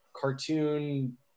cartoon